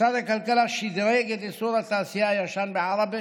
משרד הכלכלה שדרג את אזור התעשייה הישן בעראבה